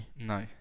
No